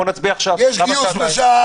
בוא נצביע עכשיו, למה שעתיים?